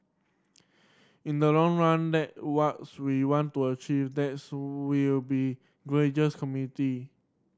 in the long run that what's we want to achieve that's will be gracious community